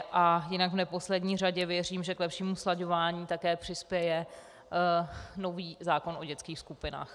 A jinak v neposlední řadě věřím, že k lepšímu slaďování také přispěje nový zákon o dětských skupinách.